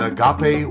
Agape